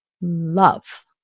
love